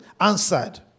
answered